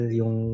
yung